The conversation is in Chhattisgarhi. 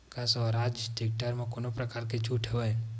का स्वराज टेक्टर म कोनो प्रकार के छूट हवय?